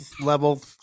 level